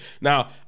Now